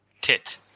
Tit